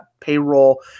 payroll